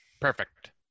Perfect